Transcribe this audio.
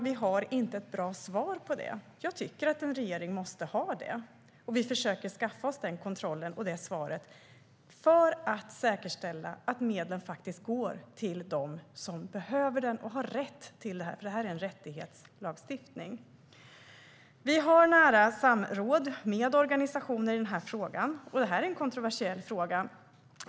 Vi har inte ett bra svar på det. Jag tycker att en regering måste ha det. Vi försöker skaffa oss den kontrollen och det svaret för att säkerställa att medlen faktiskt går till dem som behöver och har rätt till det här, för det är en rättighetslagstiftning. Vi har nära samråd med organisationer i den här frågan. Det är en kontroversiell fråga.